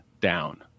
down